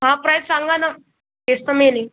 हां प्राईस सांगा ना तेच तर मेन आहे